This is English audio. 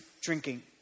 drinking